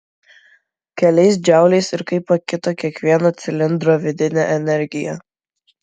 keliais džauliais ir kaip pakito kiekvieno cilindro vidinė energija